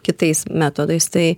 kitais metodais tai